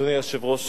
אדוני היושב-ראש,